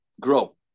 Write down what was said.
grow